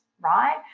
right